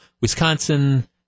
Wisconsin –